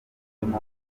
ingufu